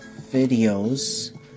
videos